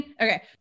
Okay